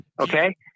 okay